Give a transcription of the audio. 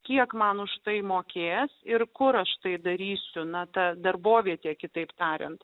kiek mano štai mokės ir kur aš tai darysiu nata darbovietė kitaip tariant